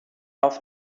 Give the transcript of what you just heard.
auf